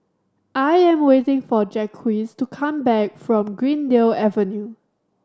I am waiting for Jacquez to come back from Greendale Avenue